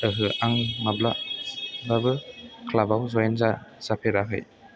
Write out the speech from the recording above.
ओहो आं माब्लाबाबो क्लाबाव जयेन जाफेराखै